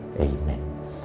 Amen